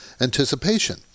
anticipation